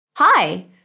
Hi